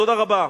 תודה רבה.